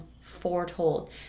foretold